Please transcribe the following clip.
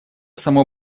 само